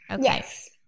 Yes